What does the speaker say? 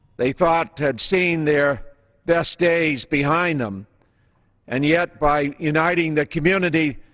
they thought had seen their best days behind them and yet by uniting the community,